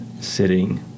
sitting